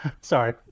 Sorry